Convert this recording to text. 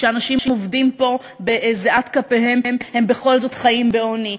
שכשאנשים עובדים פה בזיעת אפיהם הם בכל זאת חיים בעוני,